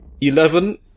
eleven